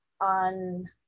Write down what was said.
on